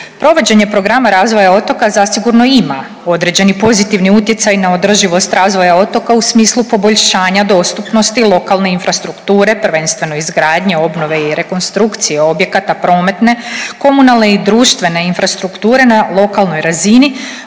Provođenje programa razvoja otoka zasigurno ima određeni pozitivni utjecaj na održivost razvoja otoka u smislu poboljšanja dostupnosti lokalne infrastrukture prvenstveno izgradnje, obnove i rekonstrukcije objekata prometne, komunalne i društvene infrastrukture na lokalnoj razini